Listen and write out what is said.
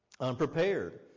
unprepared